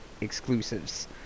exclusives